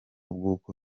bw’uko